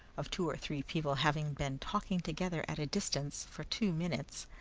of two or three people having been talking together at a distance, for two minutes,